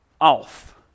Off